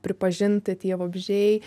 pripažinti tie vabzdžiai